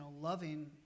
loving